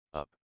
up